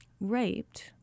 raped